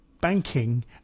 banking